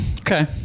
Okay